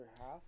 half